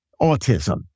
autism